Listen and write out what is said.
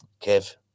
kev